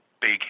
big